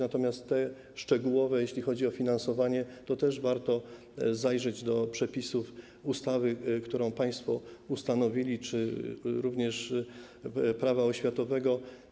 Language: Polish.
Natomiast co do kwestii szczegółowych, jeśli chodzi o finansowanie, to też warto zajrzeć do przepisów ustawy, którą państwo ustanowili, również do prawa oświatowego.